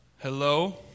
Hello